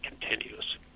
continues